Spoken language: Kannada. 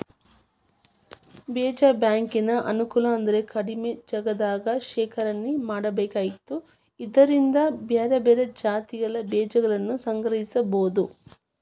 ಬೇಜ ಬ್ಯಾಂಕಿನ ಅನುಕೂಲ ಅಂದ್ರ ಕಡಿಮಿ ಜಗದಾಗ ಶೇಖರಣೆ ಮಾಡ್ಬೇಕಾಕೇತಿ ಇದ್ರಿಂದ ಬ್ಯಾರ್ಬ್ಯಾರೇ ಜಾತಿಗಳ ಬೇಜಗಳನ್ನುಸಂಗ್ರಹಿಸಬೋದು